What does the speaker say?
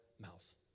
mouth